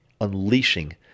Unleashing